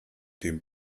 dem